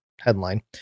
headline